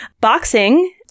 Boxing